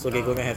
ah